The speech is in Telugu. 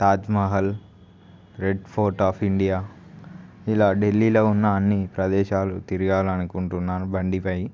తాజ్మహల్ రెడ్ కోట్ ఆఫ్ ఇండియా ఇలా ఢిల్లీలో ఉన్నా అన్నీ ప్రదేశాలు తిరగాలనుకుంటున్నా బండిపై